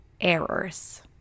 errors